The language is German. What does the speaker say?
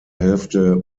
hälfte